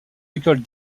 écoles